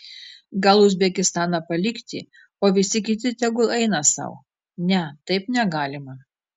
gal uzbekistaną palikti o visi kiti tegu eina sau ne taip negalima